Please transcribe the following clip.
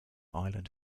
island